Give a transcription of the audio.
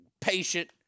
patient